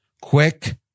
quick